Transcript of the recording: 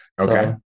Okay